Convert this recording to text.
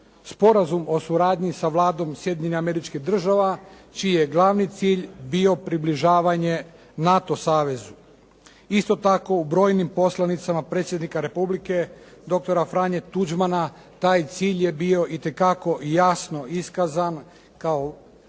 Sporazum o suradnji sa Vladom Sjedinjenih Američkih Država čiji je glavni cilj bio približavanje NATO savezu. Isto tako u brojnim poslanicama predsjednika Republike doktora Franje Tuđmana, taj cilj je bio itekako jasno iskazan kao glavni